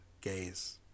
gaze